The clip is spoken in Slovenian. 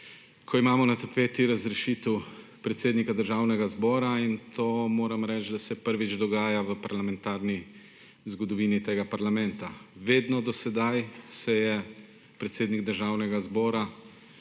ko imamo na tapeti razrešitev predsednika Državnega zbora in to, moram reči, da se prvič dogaja v parlamentarni zgodovini tega parlamenta. Vedno do sedaj se je predsednik Državnega zbora